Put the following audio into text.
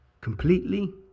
completely